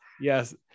Yes